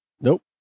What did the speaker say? Nope